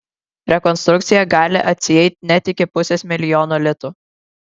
rekonstrukcija gali atsieit net iki pusės milijono litų